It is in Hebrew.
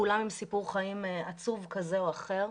כולם עם סיפור חיים עצוב כזה או אחר,